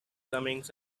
comings